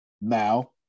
Now